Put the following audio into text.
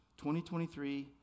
2023